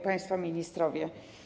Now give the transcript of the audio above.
Państwo Ministrowie!